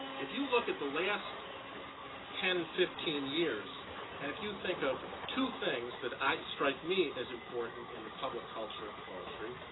if you look at the last ten to fifteen years and if you think of two things that i strike me as important in the public culture of poetry,